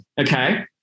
okay